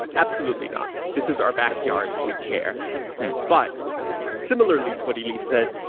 absolutely not. this is our backyard. we care but similarly to what elise said,